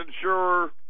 insurer